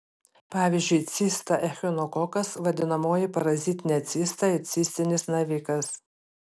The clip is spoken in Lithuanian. pavyzdžiui cista echinokokas vadinamoji parazitinė cista ir cistinis navikas